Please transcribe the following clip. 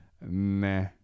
nah